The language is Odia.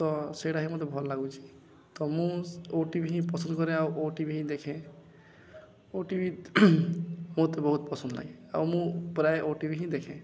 ତ ସେଇଟା ହିଁ ମୋତେ ଭଲ ଲାଗୁଛି ତ ମୁଁ ଓ ଟିଭି ହିଁ ପସନ୍ଦ କରେ ଆଉ ଓ ଟିଭି ହିଁ ଦେଖେ ଓ ଟିଭି ମୋତେ ବହୁତ ପସନ୍ଦ ଲାଗେ ଆଉ ମୁଁ ପ୍ରାୟ ଓ ଟିଭି ହିଁ ଦେଖେ